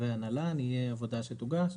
לקווי הנל"ן תהיה עבודה שתוגש,